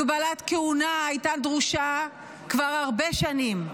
הגבלת כהונה הייתה דרושה כבר הרבה שנים,